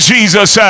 Jesus